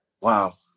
Wow